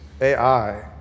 AI